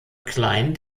klein